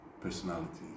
personalities